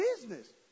business